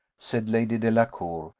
said lady delacour,